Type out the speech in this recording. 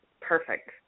perfect